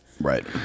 right